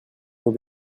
who